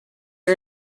you